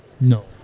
No